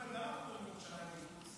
אחמד, למה קוראים לירושלים אל-קודס?